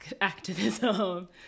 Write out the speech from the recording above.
activism